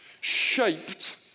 shaped